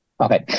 Okay